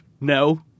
no